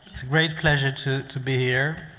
it's a great pleasure to to be here.